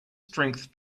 strength